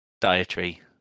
dietary